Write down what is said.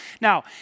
Now